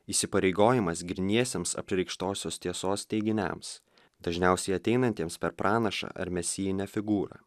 įsipareigojimas gryniesiems apreikštosios tiesos teiginiams dažniausiai ateinantiems per pranašą ar mesijinę figūrą